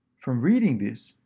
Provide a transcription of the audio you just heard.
from reading this,